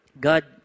God